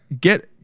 get